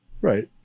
Right